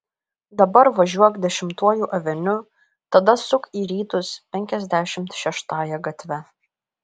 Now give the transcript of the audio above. dabar važiuok dešimtuoju aveniu tada suk į rytus penkiasdešimt šeštąja gatve